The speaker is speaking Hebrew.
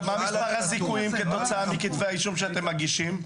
מה מספר הזיכויים כתוצאה מכתבי האישום שאתם מגישים?